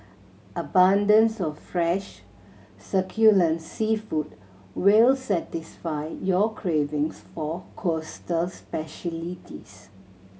abundance of fresh succulent seafood will satisfy your cravings for coastal specialities